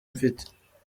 mfite